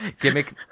Gimmick